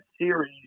series